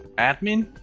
admin.